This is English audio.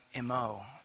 MO